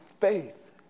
faith